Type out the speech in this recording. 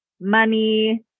money